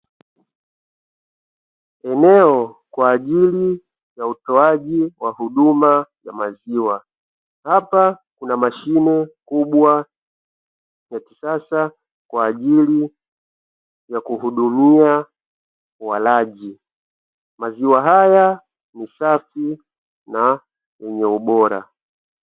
Eneo kwa ajili ya utoaji wa huduma ya maziwa, hapa kuna mashine kubwa ya kisasa kwa ajili ya kuhudumia walaji. Maziwa haya ni safi na yenye ubora.